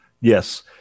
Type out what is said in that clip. Yes